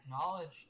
Acknowledged